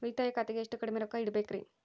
ಉಳಿತಾಯ ಖಾತೆಗೆ ಎಷ್ಟು ಕಡಿಮೆ ರೊಕ್ಕ ಇಡಬೇಕರಿ?